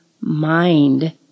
mind